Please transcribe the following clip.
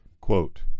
Quote